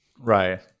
Right